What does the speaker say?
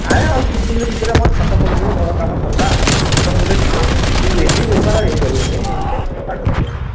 ଆ ଆଉ ଦୁଇ ଦିନ ଭିତରେ ଛାତ ମୋର ପଡ଼ିଯିବ ଟେନସନ୍ ମୋର ଯିବ ଏ ଡେଲି ବେପାର ହୋଇପାରିବନି ଏତେ ଖଟା ଖଟି